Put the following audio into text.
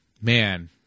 Man